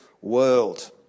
world